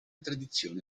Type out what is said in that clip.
tradizione